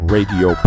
Radio